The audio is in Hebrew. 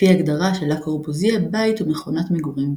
לפי ההגדרה של לה קורבוזיה "בית הוא מכונת מגורים",